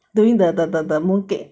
during the the the the mooncake